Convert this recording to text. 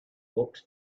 books